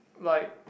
like